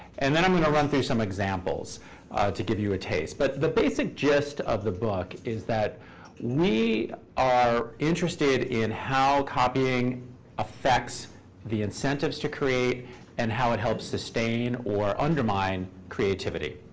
and then i'm going to run through some examples to give you a taste. but the basic gist of the book is that we are interested in how copying affects the incentives to create and how it helps sustain or undermine creativity.